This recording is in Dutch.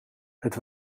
het